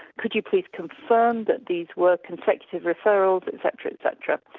could you please confirm that these were consecutive referrals etc. etc.